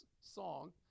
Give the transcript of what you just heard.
song